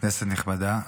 כנסת נכבדה,